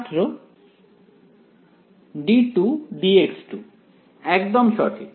ছাত্র d2dx2 একদম সঠিক